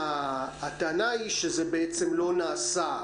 הטענה היא שזה בעצם לא נעשה.